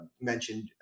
mentioned